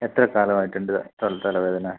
എത്ര കാലമായിട്ടുണ്ട് തലവേദന